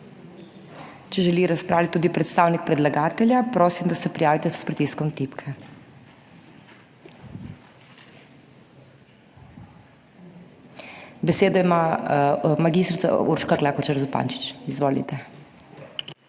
Če želi razpravljati tudi predstavnik predlagatelja prosim, da se prijavite s pritiskom tipke. Besedo ima magistrica Urška Klakočar Zupančič, izvolite.